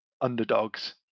underdogs